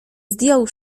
zdjął